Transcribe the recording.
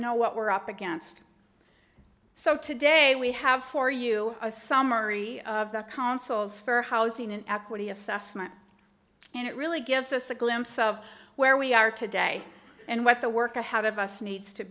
know what we're up against so today we have for you a summary of the consuls for housing an equity assessment and it really gives us a glimpse of where we are today and what the work ahead of us needs to